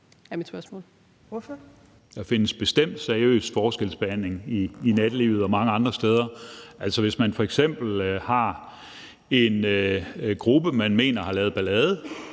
Der findes bestemt seriøs forskelsbehandling i nattelivet og mange andre steder. Altså, hvis der f.eks. er en gruppe, som man mener har lavet ballade